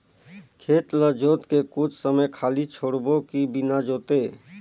खेत ल जोत के कुछ समय खाली छोड़बो कि बिना जोते?